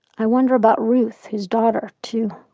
i wonder about ruth, his daughter, too.